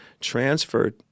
Transferred